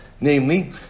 namely